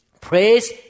Praise